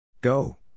Go